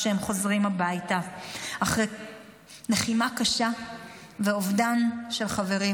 כשהם חוזרים הביתה אחרי לחימה קשה ואובדן של חברים.